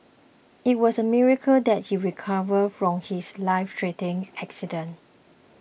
it was a miracle that he recovered from his lifethreatening accident